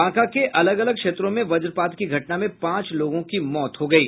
बांका के अलग अलग क्षेत्रों में वज्रपात की घटना में पांच लोगों की मौत हो गयी